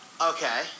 Okay